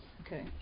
Okay